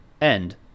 End